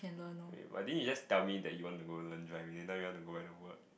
eh but didn't you just tell me that you want to go learn driving and now you want to go back to work